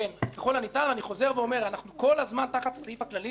שוב אנחנו כל הזמן תחת הסעיף הכללי שמגדיר